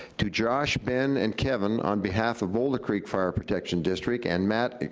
to josh, ben, and kevin on behalf of boulder creek fire protection district, and matt,